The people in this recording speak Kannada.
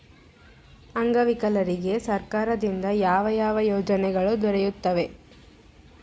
ಅಂಗವಿಕಲರಿಗೆ ಸರ್ಕಾರದಿಂದ ಯಾವ ಯಾವ ಯೋಜನೆಗಳು ದೊರೆಯುತ್ತವೆ?